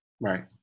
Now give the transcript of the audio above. right